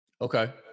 Okay